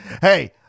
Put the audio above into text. hey